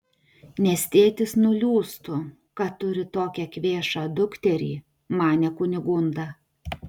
nes tėtis nuliūstų kad turi tokią kvėšą dukterį manė kunigunda